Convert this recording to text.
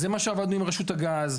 זה מה שעבדנו עם רשות הגז.